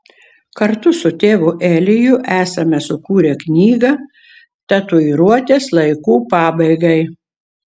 kartu su tėvu eliju esame sukūrę knygą tatuiruotės laikų pabaigai